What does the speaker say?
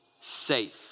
safe